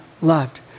loved